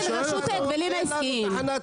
אז למה באת?